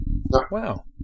Wow